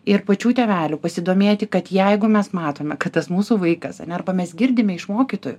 ir pačių tėvelių pasidomėti kad jeigu mes matome kad tas mūsų vaikas ane arba mes girdime iš mokytojų